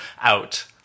out